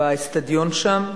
ל"בני סח'נין", באיצטדיון שם.